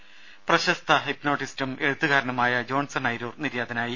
രുമ പ്രശസ്ത ഹിപ്നോട്ടിസ്റ്റും എഴുത്തുകാരനുമായ ജോൺസൺ ഐരൂർ നിര്യാതനായി